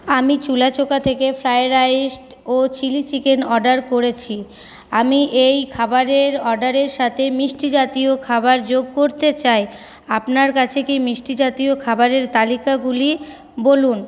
আমি চুলাচোখা থেকে fried rice ও চিলি চিকেন অর্ডার করেছি আমি এই খাবারের অর্ডারের সাথে মিষ্টি জাতীয় খাবার যোগ করতে চাই আপনার কাছে কি মিষ্টি জাতীয় খাবারের তালিকাগুলি বলুন